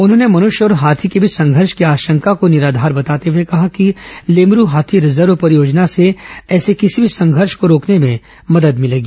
उन्होंने मनृष्य और हाथी के बीच संघर्ष की आशंका को निराधार बताते हुए कहा कि लेमरू हाथी रिजर्व परियोजना से ऐसे किसी भी संघर्ष को रोकने में मदद भिलेगी